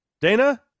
Dana